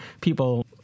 people